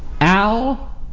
Al